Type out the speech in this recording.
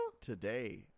today